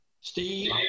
Steve